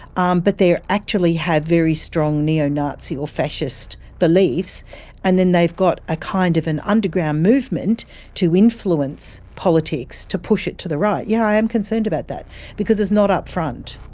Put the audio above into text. um but they actually have very strong neo-nazi or fascist beliefs and then they've got a kind of an underground movement to influence politics to push it to the right, yeah, i am concerned about that because it's not upfront.